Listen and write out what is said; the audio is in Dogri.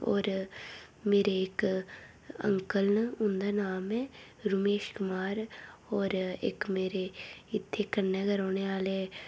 होर मेरे इक अंकल न उन्दा नाम ऐ रोमेश कुमार होर इक मेरे इत्थै कन्नै गै रौह्ने आह्ले